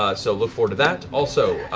ah so look forward to that. also,